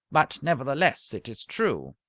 but nevertheless it is true.